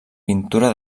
pintura